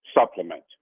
supplement